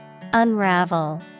Unravel